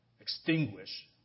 extinguish